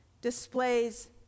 displays